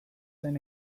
zen